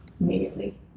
immediately